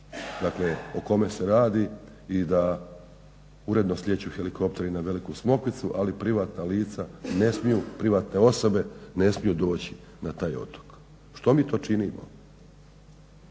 dakle o kome se radi i da uredno slijeću helikopteri na Veliku Smokvicu, ali privatna lica ne smiju, privatne osobe ne smiju doći na taj otok. Što mi to činimo?